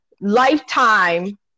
lifetime